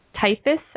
Typhus